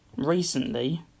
Recently